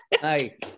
Nice